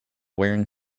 wearing